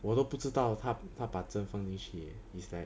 我都不知道他他把针放进去 is like